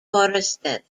forested